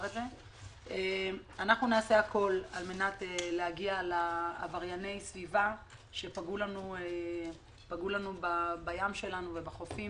אנחנו נעשה הכול על מנת להגיע לעברייני הסביבה שפגעו לנו בים ובחופים